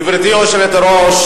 גברתי היושבת-ראש,